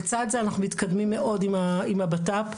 לצד זה אנחנו מתקדמים מאוד עם משרד בט"פ,